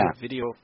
Video